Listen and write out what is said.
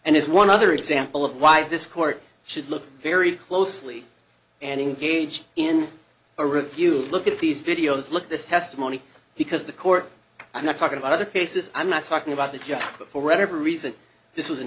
and is one other example of why this court should look very closely and engage in a review look at these videos look at this testimony because the court i'm not talking about other cases i'm not talking about the judge before reveries and this was an